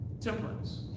temperance